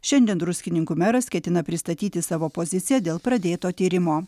šiandien druskininkų meras ketina pristatyti savo poziciją dėl pradėto tyrimo